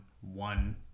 one